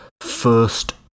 first